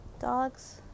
dogs